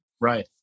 Right